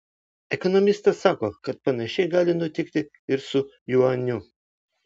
ekonomistas sako kad panašiai gali nutikti ir su juaniu